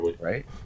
right